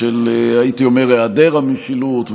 הייתי אומר: של היעדר המשילות,